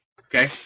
Okay